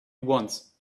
once